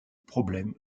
problème